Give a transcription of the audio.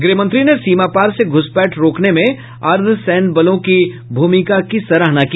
गृहमंत्री ने सीमापार से घूसपैठ रोकने में अर्द्धसैन्य बलों की भूमिका की सराहना की